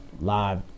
live